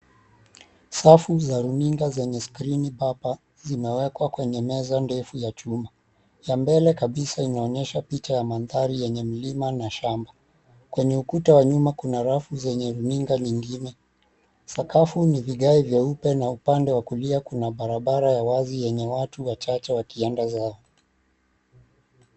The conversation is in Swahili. Safu za runinga zenye skrini papa, zimewekwa kwenye meza ndefu ya chuma. Ya mbele kabisa inaonyesha picha ya mandhari yenye milima na shamba. Kwenye ukuta wa nyuma kuna rafu zenye runinga nyingine. Sakafu ni vigai vyeupe na upande wa kulia kuna barabara ya wazi yenye watu wachache wakienda zao.